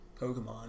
Pokemon